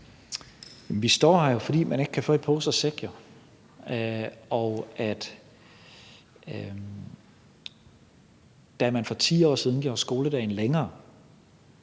Vi står her, fordi man jo ikke kan få i pose og i sæk. Da man for 10 år siden gjorde skoledagene længere,